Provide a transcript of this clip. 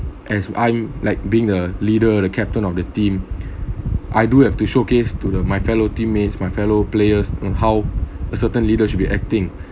as I like being a leader the captain of the team I do have to showcase to the my fellow teammates my fellow players and how a certain leader should be acting